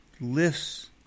lifts